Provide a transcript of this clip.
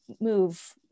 move